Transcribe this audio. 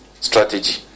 strategy